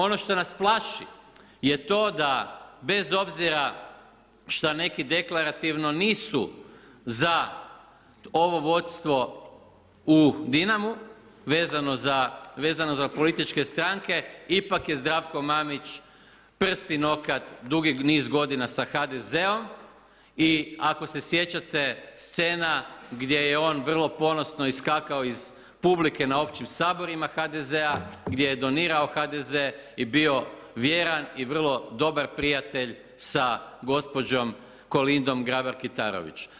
Ono što nas plaši je to da bez obzira što neki deklarativno nisu za ovo vodstvo u Dinamu, vezano za političke stranke, ipak je Zdravko Mamić prst i nokat dugi niz godina sa HDZ-om i ako se sjećate scena gdje je on vrlo ponosno iskakao iz publike na općim saborima HDZ-a, gdje je donirao HDZ i bio vjeran i vrlo dobar prijatelj sa gospođom Kolindom Grabar-Kitarović.